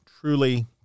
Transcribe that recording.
truly